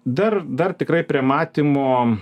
dar dar tikrai prie matymo